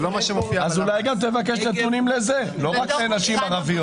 לא רק לגבי נשים ערביות.